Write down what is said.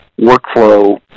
workflow